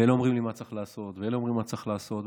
ואלה אומרים לי מה צריך לעשות ואלה אומרים מה צריך לעשות.